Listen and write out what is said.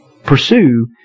pursue